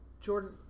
Jordan